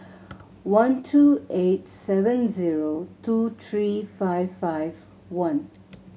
one two eight seven zero two three five five one